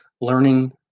learning